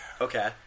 Okay